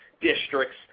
districts